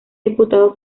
diputados